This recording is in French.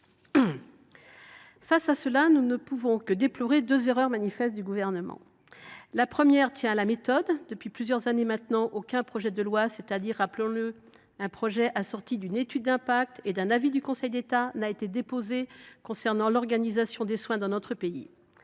Face à cela, nous ne pouvons que déplorer deux erreurs manifestes du Gouvernement. La première erreur tient à la méthode. Depuis plusieurs années maintenant, aucun projet de loi – c’est à dire, rappelons le, aucun projet assorti d’une étude d’impact et d’un avis du Conseil d’État – n’a été déposé concernant l’organisation des soins dans notre pays.